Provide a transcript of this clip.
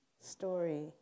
story